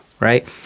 Right